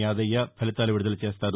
యాదయ్య ఫలితాలు విడుదల చేస్తారు